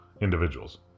individuals